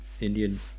Indian